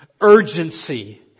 urgency